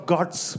God's